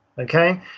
okay